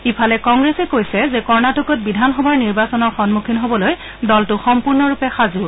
ইফালে কংগ্ৰেছে কৈছে যে কৰ্ণটকত বিধানসভাৰ নিৰ্বাচনৰ সম্মুখীন হ'বলৈ দলটো সম্পূৰ্ণ ৰূপে সাজু